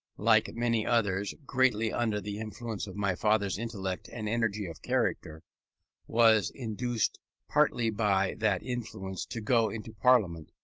like many others, greatly under the influence of my father's intellect and energy of character was induced partly by that influence to go into parliament,